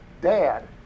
dad